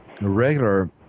regular